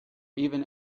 even